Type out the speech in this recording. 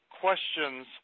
questions